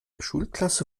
schulklasse